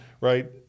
right